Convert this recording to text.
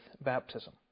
baptism